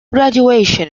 graduation